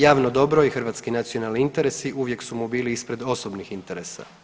Javno dobro i hrvatski nacionalni interesi uvijek su mu bili ispred osobnih interesa.